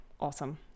awesome